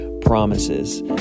promises